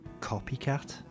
copycat